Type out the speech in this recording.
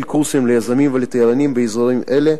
קורסים ליזמים ולתיירנים באזורים אלה.